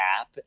app